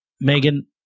Megan